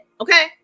okay